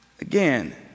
Again